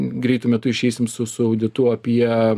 greitu metu išeisim su su auditu apie